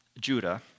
Judah